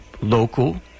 local